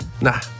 nah